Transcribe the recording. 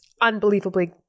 unbelievably